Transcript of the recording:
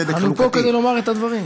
אבל הוא פה כדי לומר את הדברים.